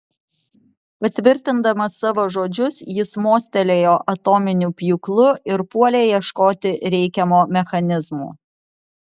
patvirtindamas savo žodžius jis mostelėjo atominiu pjūklu ir puolė ieškoti reikiamo mechanizmo